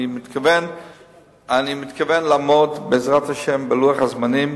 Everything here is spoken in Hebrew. אני מתכוון לעמוד, בעזרת השם, בלוח הזמנים,